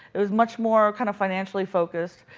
it was much more kind of financially focused.